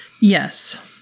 Yes